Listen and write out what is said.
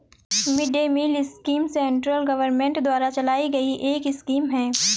mid day meal scheme central government द्वारा चलाई गई एक स्कीम है